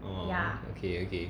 orh okay okay